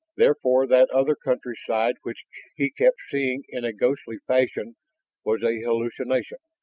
therefore that other countryside which he kept seeing in a ghostly fashion was a hallucination.